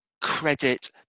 credit